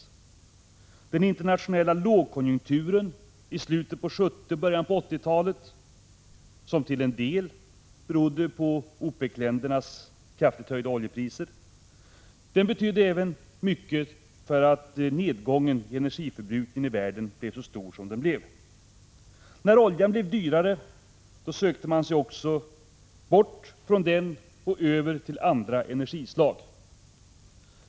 Även den internationella lågkonjunkturen i slutet av 1970-talet och i början av 1980-talet, som till en del berodde på OPEC-ländernas kraftigt höjda oljepriser, betydde mycket för att nedgången i energiförbrukningen i världen blev så stor som den blev. När oljan blev dyrare sökte man sig bort från den och gick över till andra energislag.